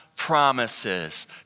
Promises